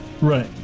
Right